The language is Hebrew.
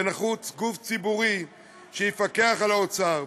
ונחוץ גוף ציבורי שיפקח על האוצר,